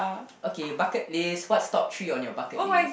okay bucket list what's top three on your bucket list